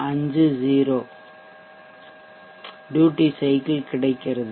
50 duty cycle கிடைக்கிறது